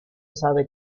sabe